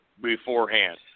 beforehand